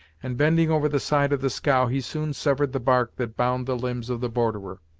and bending over the side of the scow he soon severed the bark that bound the limbs of the borderer.